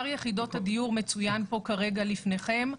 יחידות הדיור מצויין פה כרגע לפניכם.